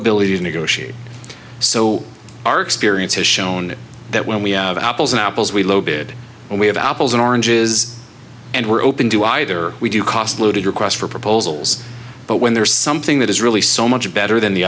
ability to negotiate so our experience has shown that when we have apples and apples we low bid and we have apples and oranges and we're open to either we do cost loaded requests for proposals but when there's something that is really so much better than the